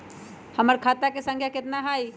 हमर खाता के सांख्या कतना हई?